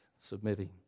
submitting